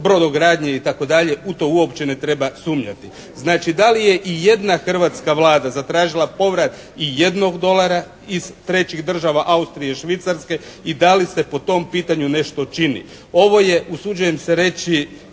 brodogradnje itd. u to uopće ne treba sumnjati. Znači, da li je i jedna hrvatska Vlada zatražila povrat i jednog dolara iz trećih država Austrije i Švicarske i da li se po tom pitanju nešto čini. Ovo je usuđujem se reći